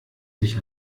sich